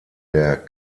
der